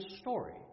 story